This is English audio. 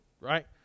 right